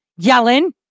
Yellen